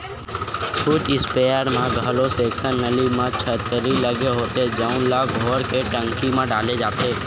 foot sprayer म घलो section नली म छन्नी लगे होथे जउन ल घोर के टंकी म डाले जाथे